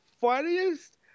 funniest